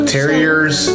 Terriers